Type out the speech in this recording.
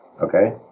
okay